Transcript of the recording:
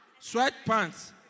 sweatpants